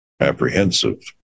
apprehensive